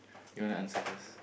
you want to answer first